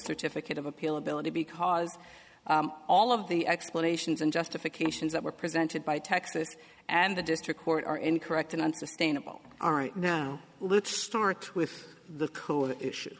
certificate of appeal ability because all of the explanations and justifications that were presented by texas and the district court are incorrect and unsustainable all right now let's start with the coal issue